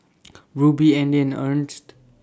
Rubie Audy and Ernst